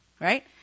right